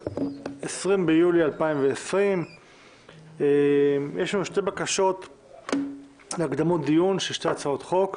20 ביולי 2020. יש לנו שתי בקשות להקדמות דיון של שתי הצעות חוק: